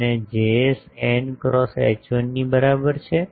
અને Js n cross H1 ની બરાબર છે